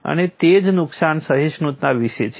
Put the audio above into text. અને તે જ નુકસાન સહિષ્ણુતા વિશે છે